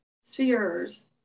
spheres